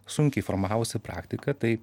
sunkiai formavosi praktika tai